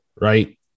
Right